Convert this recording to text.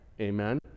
Amen